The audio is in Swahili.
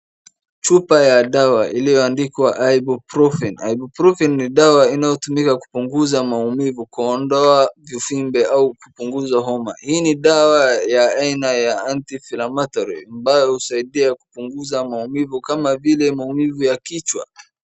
Chupa ya dawa iliyoandikwa ibruprofen , ibruprofen ni dawa inayotumiwa kutoa maumivu kuondoa vifimbe au kupunguza homa, hii ni dawa ya aina ya anti- flammatory ambayo husaidia kupunguza maumivu kama vile maumivu ya kichwa.